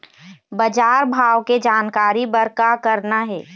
बजार भाव के जानकारी बर का करना हे?